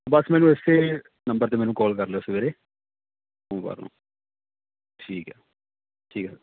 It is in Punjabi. ਬਸ ਮੈਨੂੰ ਇਸ ਨੰਬਰ 'ਤੇ ਮੈਨੂੰ ਕਾਲ ਕਰ ਲਿਓ ਸਵੇਰੇ ਸੋਮਵਾਰ ਨੂੰ ਠੀਕ ਹੈ ਠੀਕ ਹੈ